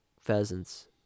pheasants